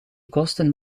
kosten